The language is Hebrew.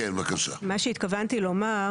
מה שהתכוונתי לומר,